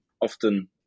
often